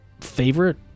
favorite